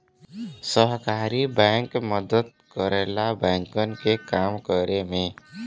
सहकारी बैंक मदद करला बैंकन के काम करे में